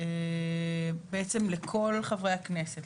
בעצם לכל חברי הכנסת,